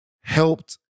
helped